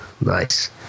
Nice